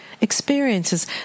Experiences